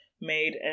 made